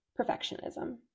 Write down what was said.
perfectionism